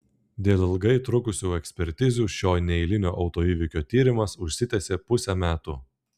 dėl ilgai trukusių ekspertizių šio neeilinio autoįvykio tyrimas užsitęsė pusę metų